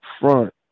front